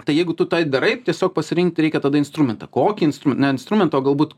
tai jeigu tu tai darai tiesiog pasirinkt reikia tada instrumentą kokį instrumentą instrumentą o galbūt